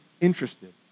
interested